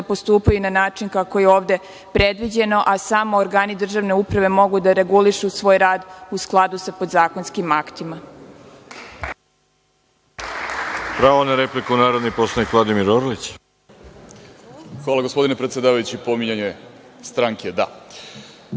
postupaju na način kako je ovde predviđeno, a samo organi državne uprave mogu da regulišu svoj rad u skladu sa podzakonskim aktima.